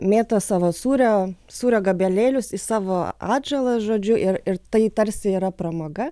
mėto savo sūrio sūrio gabalėlius į savo atžalą žodžiu ir ir tai tarsi yra pramoga